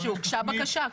הוגשה בקשה,